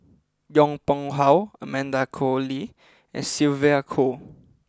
Yong Pung how Amanda Koe Lee and Sylvia Kho